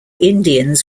indians